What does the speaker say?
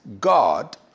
God